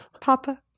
Papa